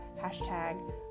hashtag